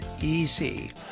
easy